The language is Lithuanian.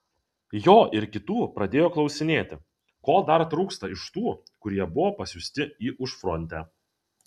jo ir kitų pradėjo klausinėti ko dar trūksta iš tų kurie buvo pasiųsti į užfrontę